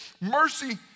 mercy